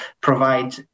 provide